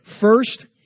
First